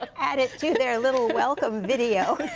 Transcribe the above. added to their little welcome video.